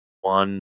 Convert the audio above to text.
one